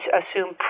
assume